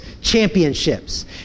championships